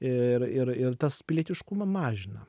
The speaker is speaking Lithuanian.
ir ir ir tas pilietiškumą mažina